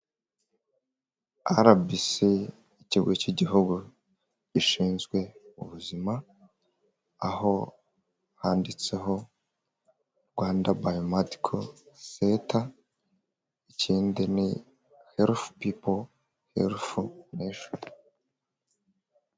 Rbc ikigo cy' igihugu gishinzwe ubuzima aho handitseho Rwanda biomadical ceta ikindi ni health people health nation.